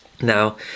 Now